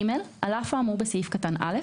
(ג)על אף האמור בסעיף קטן (א),